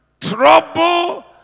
Trouble